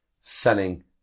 selling